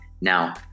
Now